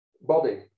body